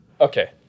Okay